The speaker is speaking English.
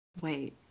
wait